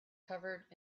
covered